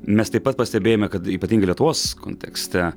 mes taip pat pastebėjome kad ypatingai lietuvos kontekste